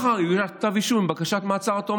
מחר יוגש כתב אישום לבקשת מעצר עד תום